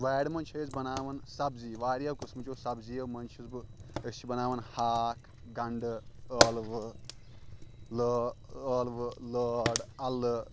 وارِ منٛز چھِ أسۍ بناوان سبٕزی واریاہ قٕسمٕچو سبٕزیو منٛز چھُس بہٕ أسۍ چھِ بناوان ہاکھ گنٛڈٕ ٲلوٕ لٲ ٲلوٕ لٲر الہٕ